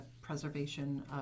preservation